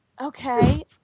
okay